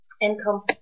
income